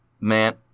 Man